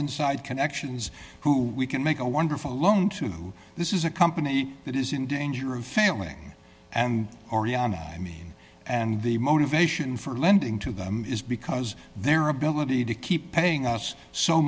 inside connections who we can make a wonderful loan to this is a company that is in danger of failing and oriana i mean and the motivation for lending to them is because their ability to keep paying us so